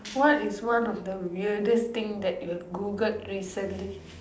what is one of the weirdest thing that you've Googled recently